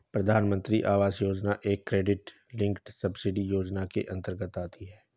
प्रधानमंत्री आवास योजना एक क्रेडिट लिंक्ड सब्सिडी योजना के अंतर्गत आती है